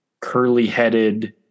curly-headed